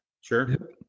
Sure